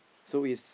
so is